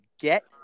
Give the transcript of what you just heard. get